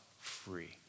free